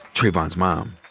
trayvon's mom.